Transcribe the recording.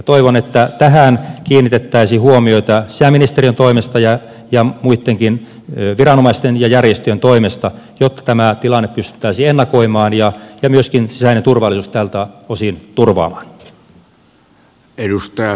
toivon että tähän kiinnitettäisiin huomiota sisäministeriön toimesta ja muittenkin viranomaisten ja järjestöjen toimesta jotta tämä tilanne pystyttäisiin ennakoimaan ja myöskin sisäinen turvallisuus tältä osin turvaamaan